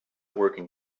working